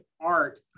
art